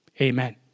Amen